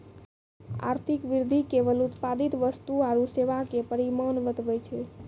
आर्थिक वृद्धि केवल उत्पादित वस्तु आरू सेवा के परिमाण बतबै छै